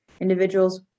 individuals